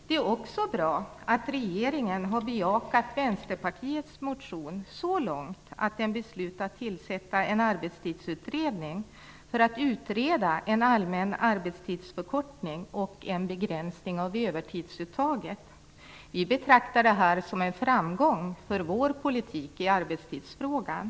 Det är också bra att regeringen har bejakat Vänsterpartiets motion så långt att den beslutat tillsätta en arbetstidsutredning för att utreda en allmän arbetstidsförkortning och en begränsning av övertidsuttaget. Vi betraktar detta som en framgång för vår politik i arbetstidsfrågan.